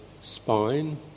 spine